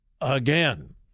again